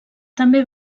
també